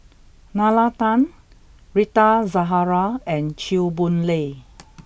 Nalla Tan Rita Zahara and Chew Boon Lay